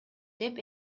деп